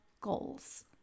goals